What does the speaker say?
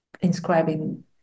inscribing